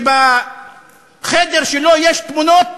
שבחדר שלו יש תמונות